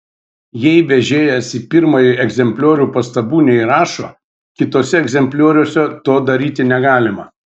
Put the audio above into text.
jei vežėjas į pirmąjį egzempliorių pastabų neįrašo kituose egzemplioriuose to daryti negalima